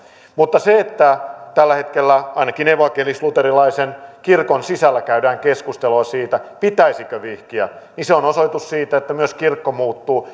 mutta se että tällä hetkellä ainakin evankelisluterilaisen kirkon sisällä käydään keskustelua siitä pitäisikö vihkiä on osoitus siitä että myös kirkko muuttuu